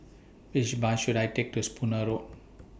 Which Bus should I Take to Spooner Road